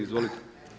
Izvolite.